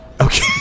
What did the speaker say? Okay